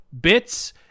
bits